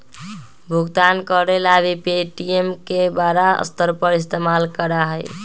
भुगतान करे ला भी पे.टी.एम के बड़ा स्तर पर इस्तेमाल करा हई